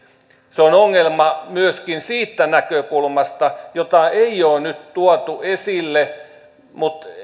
se on ongelma myöskin siitä näkökulmasta jota ei ole nyt tuotu esille mutta